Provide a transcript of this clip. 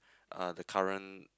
uh the current